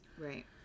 Right